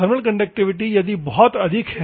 thermal conductivity यदि यह बहुत अधिक है